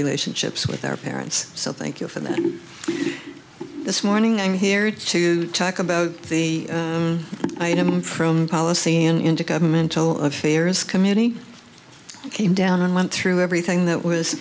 relationships with their parents so thank you for that this morning i'm here to talk about the item from policy an intergovernmental affairs committee came down and went through everything that was